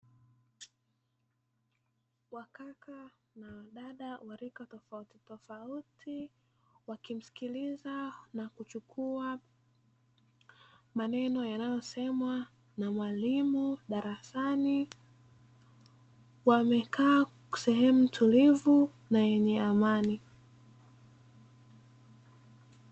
Wakaka na wadada wa rika tofautitofauti, wakimsikiliza na kuchukua maneno yanayosemwa na mwalimu darasani, wamekaa sehemu tulivu na yenye amani.